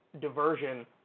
diversion